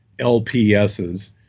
LPSs